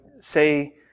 say